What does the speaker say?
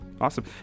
Awesome